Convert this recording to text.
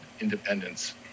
independence